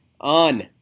on